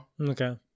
Okay